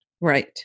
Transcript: Right